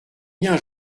bien